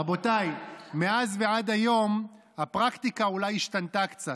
רבותיי, מאז ועד היום הפרקטיקה אולי השתנתה קצת,